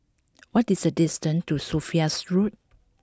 what is the distance to Sophia's Road